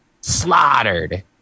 slaughtered